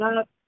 up